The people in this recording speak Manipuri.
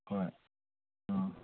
ꯍꯣꯏ ꯑꯥ